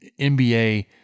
NBA